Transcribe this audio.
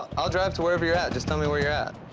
i'll drive to wherever you're at. just tell me where you're at.